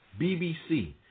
BBC